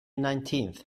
nineteenth